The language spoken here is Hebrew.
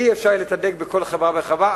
אי-אפשר יהיה לתדלק בכל חברה וחברה,